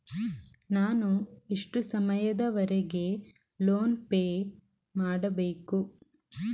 ನಾನು ಎಷ್ಟು ಸಮಯದವರೆಗೆ ಲೋನ್ ಪೇ ಮಾಡಬೇಕು?